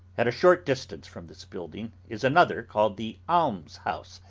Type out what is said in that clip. at a short distance from this building is another called the alms house,